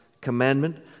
commandment